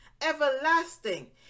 everlasting